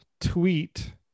tweet